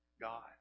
God